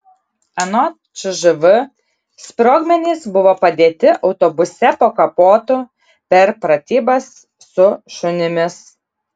anot cžv sprogmenys buvo padėti autobuse po kapotu per pratybas su šunimis